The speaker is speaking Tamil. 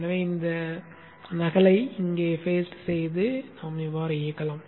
எனவே இந்த நகலை இங்கே பேஸ்ட் செய்து இயக்கலாம்